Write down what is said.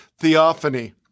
theophany